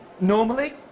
normally